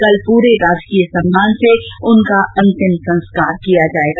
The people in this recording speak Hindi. कल पूरे राजकीय सम्मान से उनका अंतिम संस्कार किया जाएगा